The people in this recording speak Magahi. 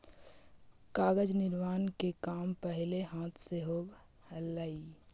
कागज निर्माण के काम पहिले हाथ से होवऽ हलइ